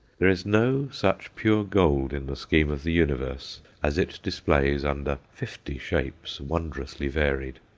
there is no such pure gold in the scheme of the universe as it displays under fifty shapes wondrously varied.